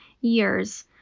years